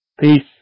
Peace